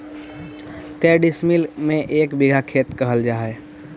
के डिसमिल के एक बिघा खेत कहल जा है?